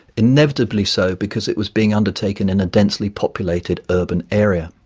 inevitably so because it was being undertaken in a densely populated urban area.